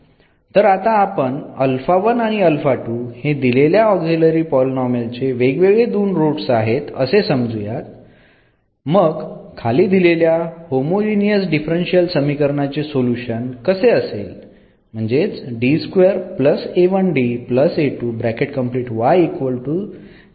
तर आता आपण हे दिलेल्या ऑक्झिलरी पॉलीनोमियलचे वेगवेगळे दोन रूट्स आहेत असे समजूयात मग खाली दिलेल्या होमोजीनियस डिफरन्शियल समीकरण चे सोल्युशन कसे असेल